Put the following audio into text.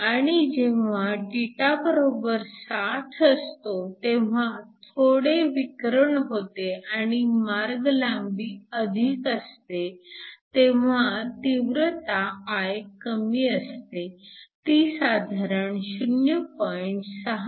आणि जेव्हा θ60 असतो तेव्हा थोडे विकरण होते आणि मार्ग लांबी अधिक असते तेव्हा तीव्रता I कमी असते ती साधारण 0